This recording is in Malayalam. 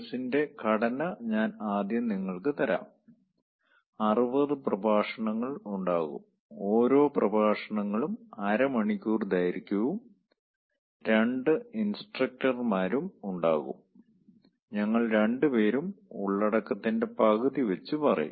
കോഴ്സിന്റെ ഘടന ഞാൻ ആദ്യം നിങ്ങൾക്ക് തരാം 60 പ്രഭാഷണങ്ങൾ ഉണ്ടാകും ഓരോ പ്രഭാഷണങ്ങളും അരമണിക്കൂർ ദൈർഘ്യവും 2 ഇൻസ്ട്രക്ടർമാരും ഉണ്ടാകും ഞങ്ങൾ രണ്ടു പേരും ഉള്ളടക്കത്തിന്റെ പകുതി വെച്ച് പറയും